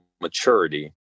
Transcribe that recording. maturity